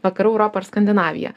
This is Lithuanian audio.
vakarų europą ir skandinaviją